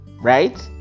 right